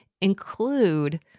include